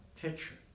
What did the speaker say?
picture